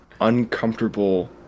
uncomfortable